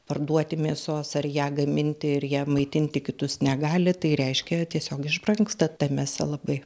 parduoti mėsos ar ją gaminti ir ją maitinti kitus negali tai reiškia tiesiog išbrangsta ta mėsa labai